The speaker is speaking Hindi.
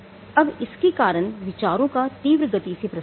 अब इसके कारण विचारों का तीव्र गति से प्रसार हुआ